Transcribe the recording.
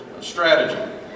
strategy